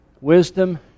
Wisdom